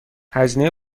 هزینه